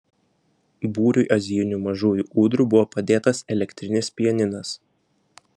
būriui azijinių mažųjų ūdrų buvo padėtas elektrinis pianinas